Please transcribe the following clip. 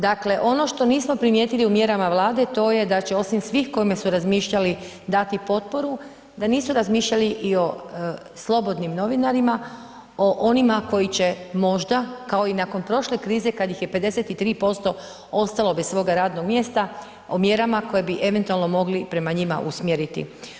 Dakle, ono što nismo primijetili u mjerama Vlade, to je da će osim svih o kome su razmišljali dati potporu, da nisu razmišljali i o slobodnim novinarima, o onima koji će možda kao i nakon prošle krize kada ih je 53% ostalo bez svoga radnog mjesta, o mjerama koje bi eventualno mogli prema njima usmjeriti.